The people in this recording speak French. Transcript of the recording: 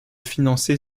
financer